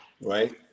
right